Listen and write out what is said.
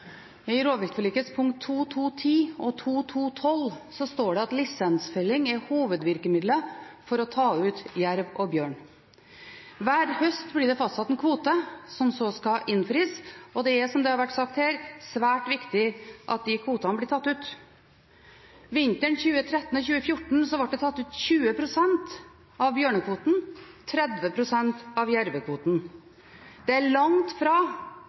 I rovviltforlikets punkt 2.2.10 og 2.2.12 står det at lisensfelling er hovedvirkemiddelet for å ta ut jerv og bjørn. Hver høst blir det fastsatt en kvote som så skal innfris, og det er – som det har vært sagt her – svært viktig at de kvotene blir tatt ut. Vintrene 2013 og 2014 ble det tatt ut 20 pst. av bjørnekvoten, 30 pst. av jervekvoten. Det er langt fra